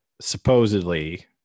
supposedly